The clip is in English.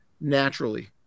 naturally